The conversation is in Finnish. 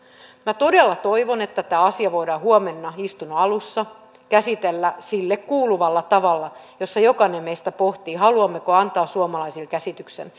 minä todella toivon että tämä asia voidaan huomenna istunnon alussa käsitellä sille kuuluvalla tavalla ja jokainen meistä pohtii haluammeko antaa suomalaisille käsityksen